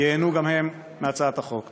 ייהנו גם הם מהצעת החוק.